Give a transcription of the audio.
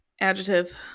Adjective